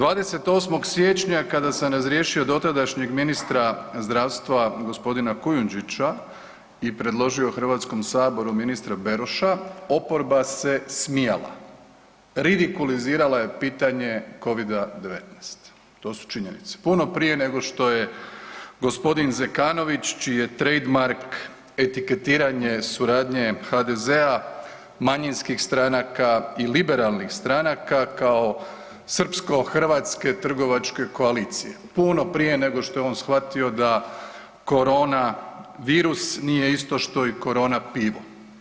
28. siječnja kada sam razriješio dotadašnjeg ministra zdravstva g. Kujundžića i predložio HS ministra Beroša, oporba se smijala, rivikulizirala je pitanje Covid-19, to su činjenice, puno prije nego što je g. Zekanović čiji je trade mark etiketiranje suradnje HDZ-a, manjinskih stranaka i liberalnih stranaka kao srpsko-hrvatske trgovačke koalicije, puno prije nego što je on shvatio da korona virus nije isto što i korona pivo.